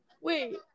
Wait